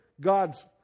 God's